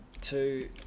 two